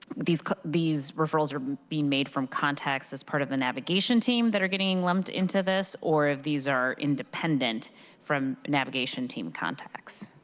these these referrals are being made from context as part of the navigation team that are getting lumped into this or if these are independent from navigation team context.